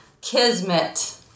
Kismet